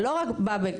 זה לא רק ביקורתי.